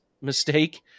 mistake